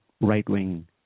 right-wing